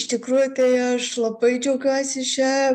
iš tikrųjų tai aš labai džiaugiuosi šia